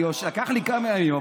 לקח לי כמה ימים,